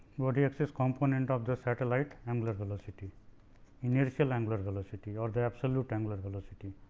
body axis component of the satellite angular velocity inertial angular velocity or the absolute angular velocity